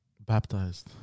Baptized